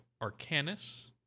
Arcanus